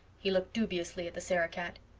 he looked dubiously at the sarah-cat.